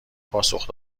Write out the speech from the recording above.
پاسخ